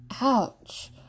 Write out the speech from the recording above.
Ouch